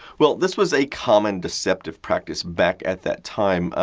well, this was a common deceptive practice back at that time,